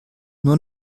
nur